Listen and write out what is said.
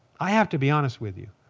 i have to be honest with you.